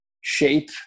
shape